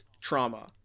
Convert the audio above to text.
trauma